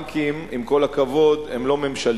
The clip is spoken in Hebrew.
הבנקים, עם כל הכבוד, הם לא ממשלתיים.